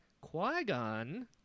Qui-Gon